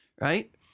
right